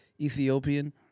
Ethiopian